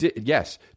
Yes